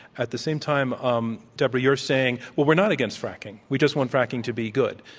at the same time, um deborah, you're saying well, we're not against fracking, we just want fracking to be good,